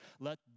Let